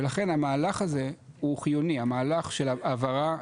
ולכן המהלך הזה הוא חיוני, המהלך של העברה